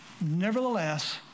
Nevertheless